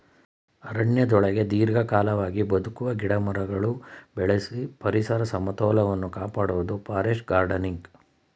ಅರಣ್ಯದೊಳಗೆ ದೀರ್ಘಕಾಲಿಕವಾಗಿ ಬದುಕುವ ಗಿಡಮರಗಳು ಬೆಳೆಸಿ ಪರಿಸರ ಸಮತೋಲನವನ್ನು ಕಾಪಾಡುವುದು ಫಾರೆಸ್ಟ್ ಗಾರ್ಡನಿಂಗ್